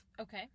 Okay